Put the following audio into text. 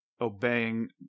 obeying